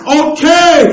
okay